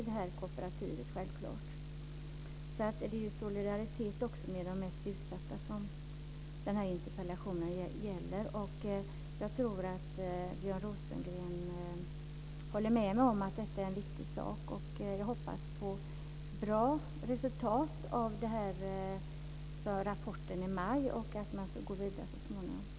Den här interpellation gäller också solidaritet med de mest utsatta. Jag tror att Björn Rosengren håller med mig om att detta är en viktig sak. Jag hoppas på ett bra resultat i rapporten i maj och att man så småningom går vidare.